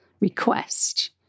request